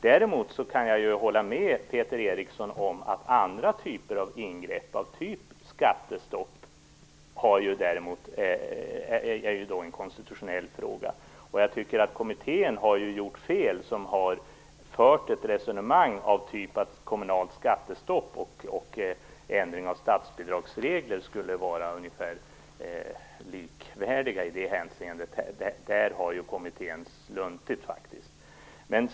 Däremot kan jag hålla med Peter Eriksson om att andra typer av ingrepp, t.ex. skattestopp, däremot är en konstitutionell fråga. Kommittén har gjort fel som har fört ett resonemang av typen att kommunalt skattestopp och ändring av statsbidragsregler skulle vara likvärdiga i det hänseendet. Där har kommittén faktiskt sluntit.